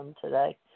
today